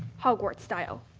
hogwarts style.